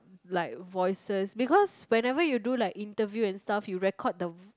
like voices because whenever you do like interview and stuff you record the